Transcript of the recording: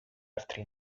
altri